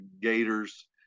gators